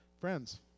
friends